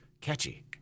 Catchy